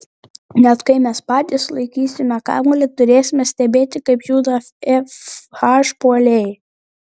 net kai mes patys laikysime kamuolį turėsime stebėti kaip juda fh puolėjai